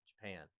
Japan